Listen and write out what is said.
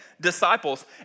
disciples